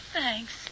Thanks